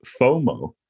fomo